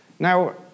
Now